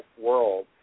world